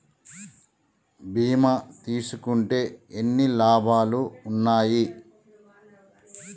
బీమా తీసుకుంటే ఎన్ని లాభాలు ఉన్నాయి?